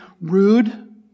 rude